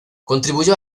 contribuyó